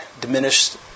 diminished